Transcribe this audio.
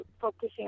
focusing